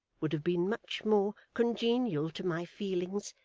would have been much more congenial to my feelings,